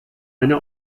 eine